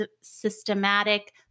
systematic